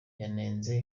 yanenze